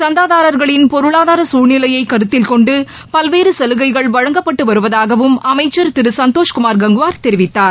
சந்தாதாரர்களின் பொருளாதார சூழல்நிலையை கருத்தில் கொண்டு பல்வேறு சலுகைகள் வழங்கப்பட்டு வருவதாகவும் அமைச்சர் திரு சந்தோஷ் குமார் கங்குவார் தெரிவித்தார்